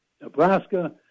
Nebraska